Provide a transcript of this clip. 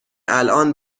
الان